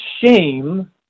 shame